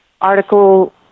article